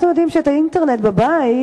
אנחנו יודעים שאת האינטרנט בבית,